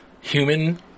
human